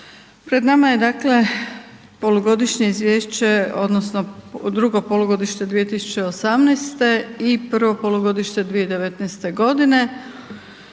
Pred nama je dakle polugodišnje izvješće odnosno drugo polugodište 2018.-te i prvo polugodište 2019.-te godine,